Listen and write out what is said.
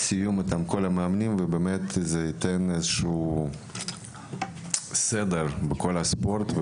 זה ייתן איזה שהוא סדר בכל הספורט,